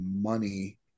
money